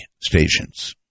stations